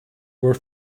were